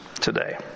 today